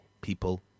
people